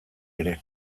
ere